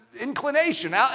inclination